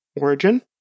origin